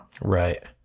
Right